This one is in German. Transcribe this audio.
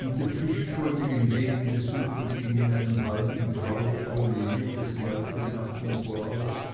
und dem pflichtschuldigen gegenbesuch ging in einem halben trauerton jedesmal die bemerkung voraus